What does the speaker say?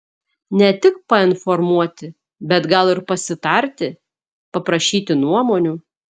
ne tik painformuoti bet gal ir pasitarti paprašyti nuomonių